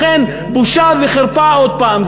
לכן בושה וחרפה עוד הפעם.